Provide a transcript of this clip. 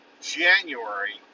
January